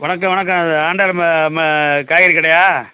வணக்கம் வணக்கம் இது ஆண்டாளம்மா காய்கறி கடையா